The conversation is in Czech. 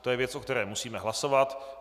To je věc, o které musíme hlasovat.